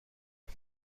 زنه